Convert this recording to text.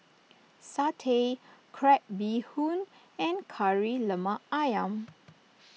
Satay Crab Bee Hoon and Kari Lemak Ayam